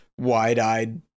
wide-eyed